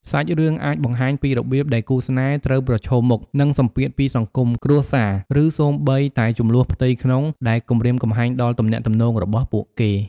សាច់រឿងអាចបង្ហាញពីរបៀបដែលគូស្នេហ៍ត្រូវប្រឈមមុខនឹងសម្ពាធពីសង្គម គ្រួសារ ឬសូម្បីតែជម្លោះផ្ទៃក្នុងដែលគំរាមកំហែងដល់ទំនាក់ទំនងរបស់ពួកគេ។